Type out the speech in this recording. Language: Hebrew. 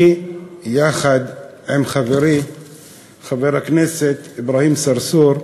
אני, יחד עם חברי חבר הכנסת אברהים צרצור,